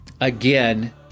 Again